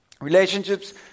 relationships